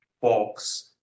box